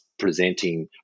presenting